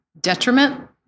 detriment